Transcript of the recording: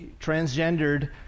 transgendered